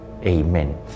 Amen